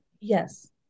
Yes